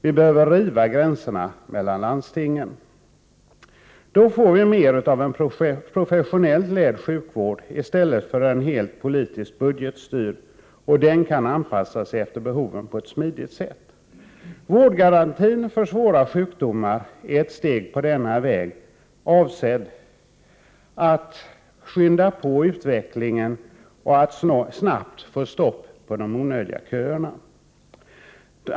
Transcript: Vi behöver riva gränserna mellan landstingen. Då får vi mer av en professionellt ledd sjukvård — i stället för en helt politiskt budgetstyrd — och den kan anpassas efter behoven på ett smidigt sätt. Vårdgarantin för svåra sjukdomar är ett steg på denna väg. Den är avsedd att skynda på utvecklingen och snabbt få stopp på de onödiga köerna.